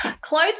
Clothes